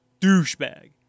douchebag